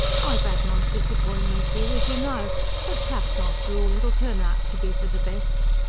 i've had my disappointments ere, as you know but p'raps after all it'll turn out to be for the best.